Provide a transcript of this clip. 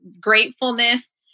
gratefulness